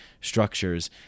structures